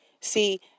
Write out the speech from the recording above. see